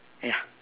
ya